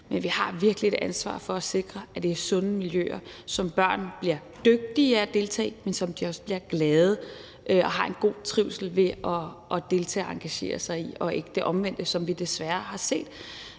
men vi har virkelig et ansvar for at sikre, at det er sunde miljøer, som børn bliver dygtige af at komme i, men også miljøer, hvor de bliver glade og har en god trivsel ved at deltage og engagere sig, så det ikke er det omvendte, der sker, hvilket